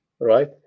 right